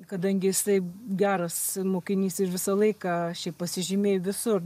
kadangi jisai geras mokinys ir visą laiką šiaip pasižymėjo visur